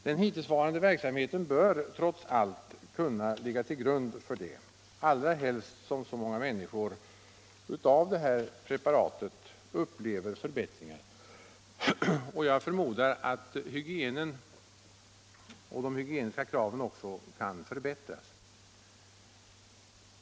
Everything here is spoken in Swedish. Den hittillsvarande verksamheten bör trots allt kunna ligga till grund, allra helst som så många människor upplever förbättringar till följd av det här preparatet. Jag förmodar också att hygienen kan förbättras.